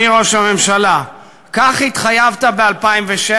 (חבר הכנסת חיים ילין יוצא מאולם המליאה.) אדוני ראש הממשלה,